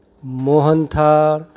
Mohan Thal